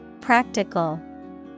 Practical